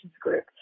Group